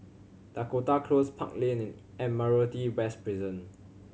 Dakota Close Park Lane and Admiralty West Prison